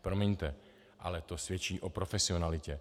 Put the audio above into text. Promiňte, ale to svědčí o profesionalitě.